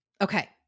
Okay